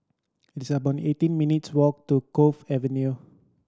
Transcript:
it's about eighteen minutes' walk to Cove Avenue